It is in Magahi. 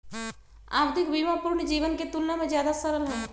आवधिक बीमा पूर्ण जीवन के तुलना में ज्यादा सरल हई